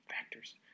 factors